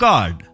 God